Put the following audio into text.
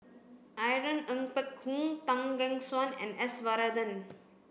Irene Ng Phek Hoong Tan Gek Suan and S Varathan